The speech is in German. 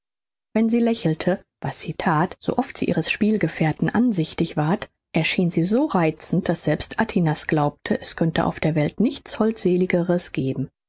wenn sie lächelte was sie that so oft sie ihres spielgefährten ansichtig ward erschien sie so reizend daß selbst atinas glaubte es könnte auf der welt nichts holdseligeres geben